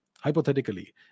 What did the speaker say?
hypothetically